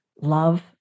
love